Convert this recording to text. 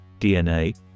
DNA